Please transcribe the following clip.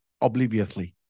obliviously